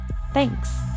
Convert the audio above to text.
Thanks